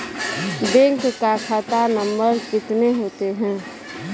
Bank का खाता नम्बर कितने होते हैं?